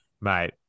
mate